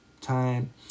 time